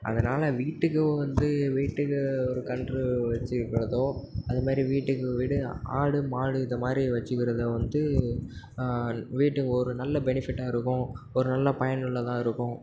அதனால் வீட்டுக்கு வந்து வீட்டுக்கு ஒரு கன்று வச்சுக்கிறதோ அது மாதிரி வீட்டுக்கு வீடு ஆடு மாடு இதை மாதிரி வச்சுக்கிறத வந்து வீட்டுக்கு ஒரு நல்ல பெனிஃபிட்டாக இருக்கும் ஒரு நல்ல பயனுள்ளதாக இருக்கும்